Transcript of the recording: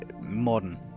modern